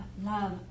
love